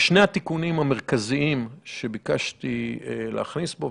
ושני התיקונים המרכזיים שביקשתי להכניס בו,